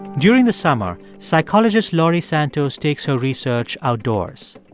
during the summer, psychologist laurie santos takes her research outdoors.